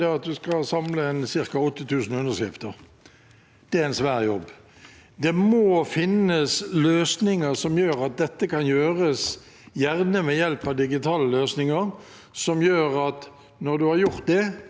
gjerne ved hjelp av digitale løsninger, slik at når man har fått inn informasjonen om kandidatene, har de samtykket, og da har også valgmyndighetene fått den bekreftelsen.